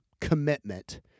commitment—